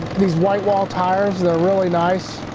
these white wall tires they're really nice.